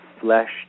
flesh